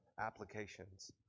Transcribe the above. applications